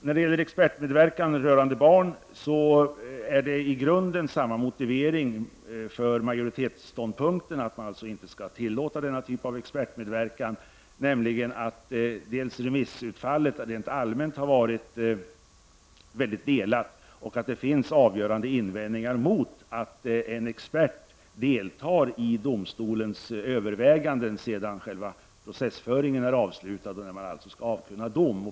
När det gäller expertmedverkan rörande barn är majoritetsståndpunktens motivering i grunden densamma som i andra fall, dvs. att man inte skall till låta denna typ av expertmedverkan. Remissutfallet har rent allmänt blivit mycket delat. Det finns avgörande invändningar mot att en expert deltar i domstolens överväganden efter det att själva processföringen har avslutats och dom skall avkunnas.